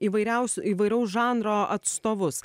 įvairiausių įvairaus žanro atstovus